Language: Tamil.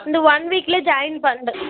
இந்த ஒன் வீக்கில் ஜாயின் பண்ணுறேன்